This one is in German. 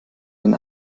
den